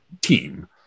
team